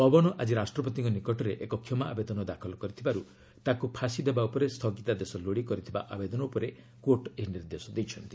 ପବନ ଆଜି ରାଷ୍ଟ୍ରପତିଙ୍କ ନିକଟରେ ଏକ କ୍ଷମା ଆବେଦନ ଦାଖଲ କରିଥିବାରୁ ତାକୁ ଫାଶି ଦେବା ଉପରେ ସ୍ଥଗିତାଦେଶ ଲୋଡ଼ି କରିଥିବା ଆବେଦନ ଉପରେ କୋର୍ଟ୍ ଏହି ନିର୍ଦ୍ଦେଶ ଦେଇଛନ୍ତି